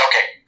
okay